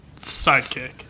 Sidekick